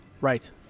Right